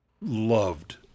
loved